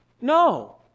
No